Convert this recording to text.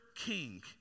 king